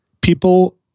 People